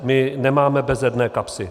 My nemáme bezedné kapsy.